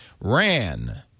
ran